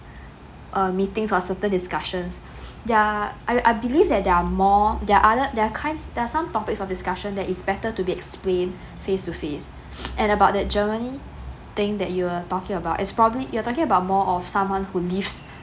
uh meetings or certain discussions there're I I believe that there're more there're other there're kind of there're some topics for this discussion that is better to explained face to face and about the germany thing that you were talking about is probably you're talking about more of someone who lives